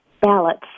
ballots